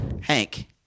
Hank